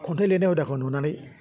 खन्थाइ लिरनाय हुदाखौ नुनानै